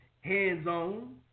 hands-on